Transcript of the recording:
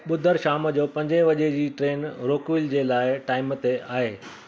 बुधरु शाम जो पंजे वजे जी ट्रेन रोकविल जे लाइ टाइम ते आहे